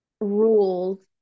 rules